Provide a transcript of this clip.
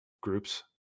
groups